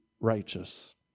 righteous